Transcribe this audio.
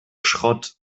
schrott